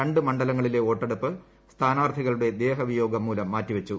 രണ്ട് മണ്ഡലങ്ങളിലെ വോട്ടെടുപ്പ് സ്ഥാനാർത്ഥികളുടെ ദേഹവിയോഗം മൂലം മാറ്റിവച്ചു